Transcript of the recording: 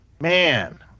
Man